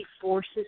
forces